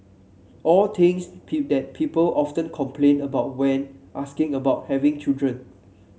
all things that people often complain about when asking about having children